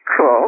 cool